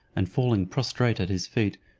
and falling prostrate at his feet,